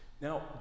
Now